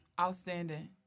Outstanding